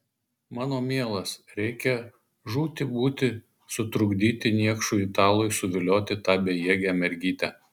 mano mielas reikia žūti būti sutrukdyti niekšui italui suvilioti tą bejėgę mergytę